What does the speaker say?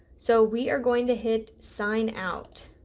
so we are going to hit sign out